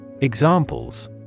Examples